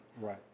Right